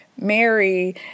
mary